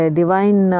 divine